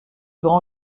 grand